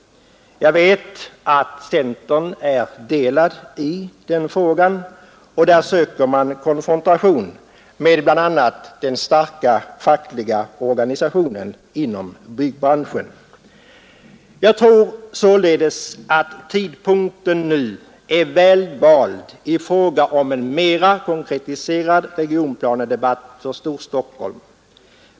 Jag vet att centern inte delar den uppfattningen — där söker man konfrontation med bl.a. den starka fackliga organisationen inom byggbranschen. Jag tror således att tidpunkten nu är inne för en mera konkretiserad regionplanedebatt för Storstockholm.